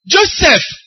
Joseph